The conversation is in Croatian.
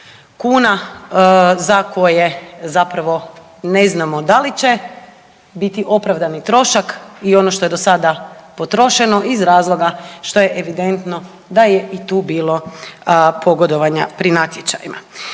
kuna za koje zapravo na znamo da li će biti opravdani trošak i ono što je do sada potrošeno iz razloga što je evidentno da je i tu bilo pogodovanja pri natječajima.